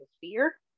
fear